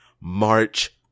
March